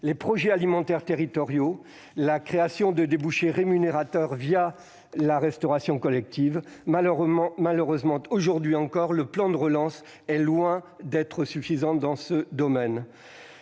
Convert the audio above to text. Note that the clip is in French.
les projets alimentaires territoriaux et par la création de débouchés rémunérateurs, la restauration collective. Malheureusement, aujourd'hui encore, le plan de relance est loin d'être suffisant dans ce domaine.